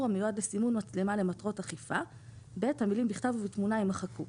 המיועד לסימון מצלמה למטרות אכיפה"; המילים "בכתב ובתמונה" יימחקו,